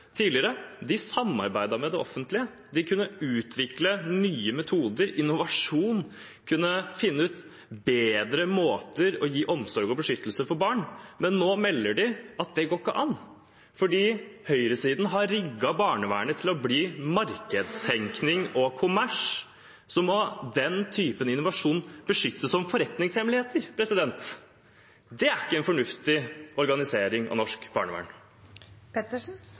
Tidligere samarbeidet f.eks. de ideelle aktørene med det offentlige, og de kunne utvikle nye metoder, drive innovasjon og finne bedre måter å gi omsorg og beskyttelse for barn på. Men nå melder de at det ikke går an. Fordi høyresiden har rigget barnevernet til å bli markedstenkning og kommers, må den typen innovasjon beskyttes som forretningshemmeligheter. Det er ikke en fornuftig organisering av norsk